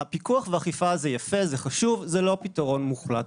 פיקוח ואכיפה זה יפה, זה חשוב, זה לא פתרון מוחלט.